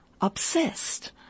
obsessed